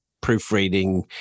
proofreading